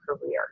career